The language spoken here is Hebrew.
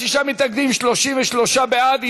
49 מתנגדים, 33 בעד.